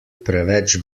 preveč